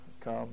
come